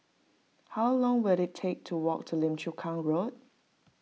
how long will it take to walk to Lim Chu Kang Road